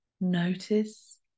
notice